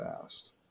fast